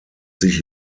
sich